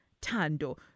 Tando